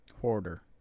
Hoarder